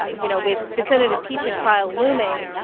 ah you know, with the senate impeachment trial looming,